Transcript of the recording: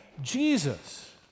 Jesus